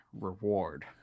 reward